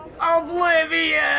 Oblivion